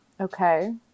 Okay